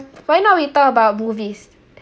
why not we talk about movies